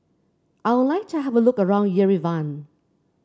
I would like to have a look around Yerevan